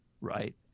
right